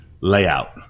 layout